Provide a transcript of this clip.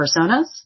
personas